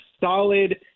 solid